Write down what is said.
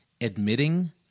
admitting